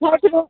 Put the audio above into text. है कि नहीं